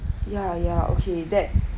ya ya okay that